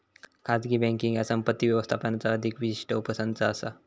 खाजगी बँकींग ह्या संपत्ती व्यवस्थापनाचा अधिक विशिष्ट उपसंच असा